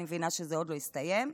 אני מבינה שזה עוד לא הסתיים,